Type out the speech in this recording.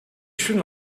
should